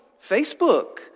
Facebook